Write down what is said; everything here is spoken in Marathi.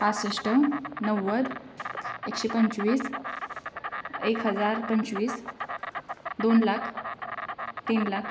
पासष्ट नव्वद एकशे पंचवीस एक हजार पंचवीस दोन लाख तीन लाख